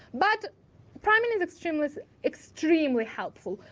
but priming is extremely is extremely helpful.